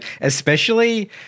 Especially-